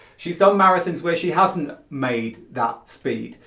she's done marathons where she hasn't made that speed.